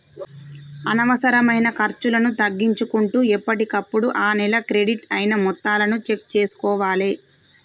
అనవసరమైన ఖర్చులను తగ్గించుకుంటూ ఎప్పటికప్పుడు ఆ నెల క్రెడిట్ అయిన మొత్తాలను చెక్ చేసుకోవాలే